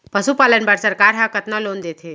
पशुपालन बर सरकार ह कतना लोन देथे?